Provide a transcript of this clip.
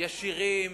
ישירים